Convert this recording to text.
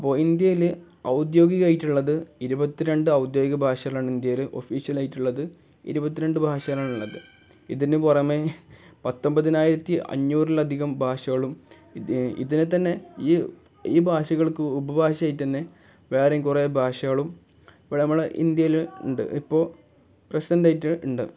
അപ്പോൾ ഇന്ത്യയിൽ ഔദ്യോഗികമായിട്ടുള്ളത് ഇരുപത്തി രണ്ട് ഔദ്യോഗിക ഭാഷകളാണ് ഇന്ത്യയിൽ ഓഫീഷ്യലായിട്ടുള്ളത് ഇരുപത്തി രണ്ട് ഭാഷകളാണ് ഉള്ളത് ഇതിന് പുറമേ പത്തൊൻപതിനായിരത്തി അഞ്ഞൂറിൽ അധികം ഭാഷകളും ഇതിനെ തന്നെ ഈ ഈ ഭാഷകൾക്ക് ഉപഭാഷയായിട്ട് തന്നെ വേറെയും കുറേ ഭാഷകളും ഇവിടെ നമ്മൾ ഇന്ത്യയിൽ ഉണ്ട് ഇപ്പോൾ പ്രസന്റ്റ് ആയിട്ട് ഉണ്ട്